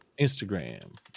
Instagram